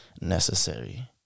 necessary